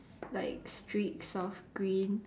like strips of green